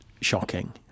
shocking